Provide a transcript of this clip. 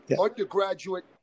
undergraduate